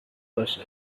باشه